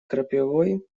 крапивой